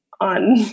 on